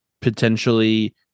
potentially